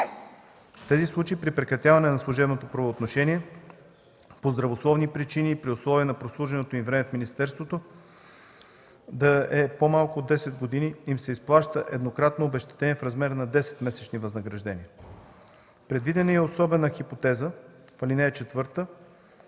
тези случаи при прекратяване на служебното правоотношение по здравословни причини и при условие прослуженото им време в министерството да е по-малко от 10 години им се изплаща еднократно обезщетение в размер на 10-месечни възнаграждения. Предвидена е и особена хипотеза в ал. 4,